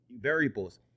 variables